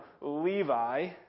Levi